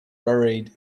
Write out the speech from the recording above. buried